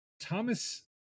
Thomas